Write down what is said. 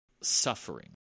suffering